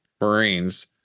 Marines